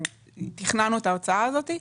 תכננו את ההוצאה הזאת.